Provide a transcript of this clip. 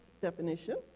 definition